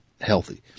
healthy